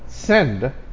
send